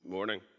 morning